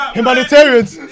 humanitarians